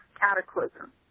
cataclysm